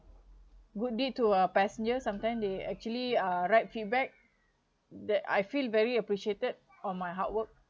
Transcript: good deed to a passenger sometime they actually uh write feedback that I feel very appreciated on my hard work